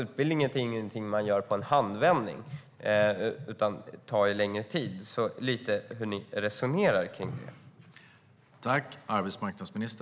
Utbildning är ingenting som sker i en handvändning, utan det tar tid. Jag skulle därför vilja höra lite grann om hur Socialdemokraterna resonerar kring det.